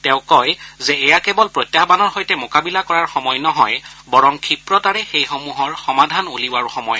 তেওঁ কয় যে এয়া কেৱল প্ৰত্যাহানৰ সৈতে মোকাবিলা কৰাৰ সময় নহয় বৰং ক্ষিপ্ৰতাৰে সেইসমূহৰ সমাধান উলিওৱাৰো সময়